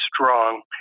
strong